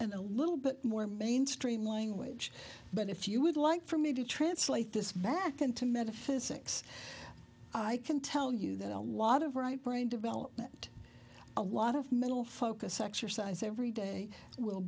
in a little bit more mainstream language but if you would like for me to translate this back into metaphysics i can tell you that a lot of right brain development a lot of mental focus exercise every day w